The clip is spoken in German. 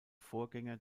vorgänger